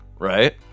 Right